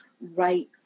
right